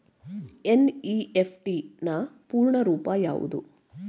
NEFT ನ ಪೂರ್ಣ ರೂಪ ಯಾವುದು?